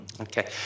Okay